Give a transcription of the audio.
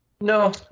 No